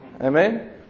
amen